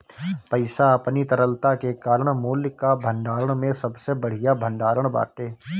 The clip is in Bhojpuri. पईसा अपनी तरलता के कारण मूल्य कअ भंडारण में सबसे बढ़िया भण्डारण बाटे